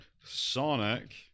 Sonic